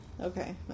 Okay